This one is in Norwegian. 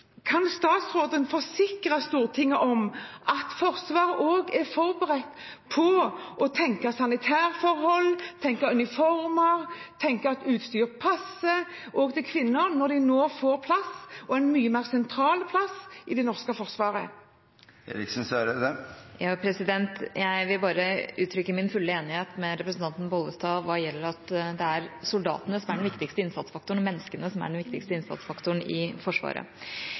Kan statsråden forsikre Stortinget om at Forsvaret også er forberedt på å tenke sanitærforhold, tenke uniformer, tenke at utstyret passer også til kvinner når de nå får plass – og en mye mer sentral plass – i det norske forsvaret? Jeg vil uttrykke min fulle enighet med representanten Bollestad hva gjelder at det er soldatene, menneskene, som er den viktigste innsatsfaktoren i Forsvaret. I Forsvaret gjennomføres det nå pilotprosjekter bl.a. med størrelsesregister. Det er